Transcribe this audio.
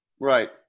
Right